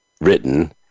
written